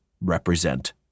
represent